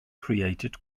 created